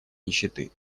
нищеты